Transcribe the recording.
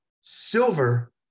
silver